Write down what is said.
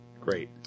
Great